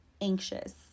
anxious